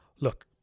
look